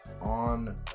on